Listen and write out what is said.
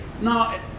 no